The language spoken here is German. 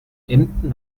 emden